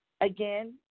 Again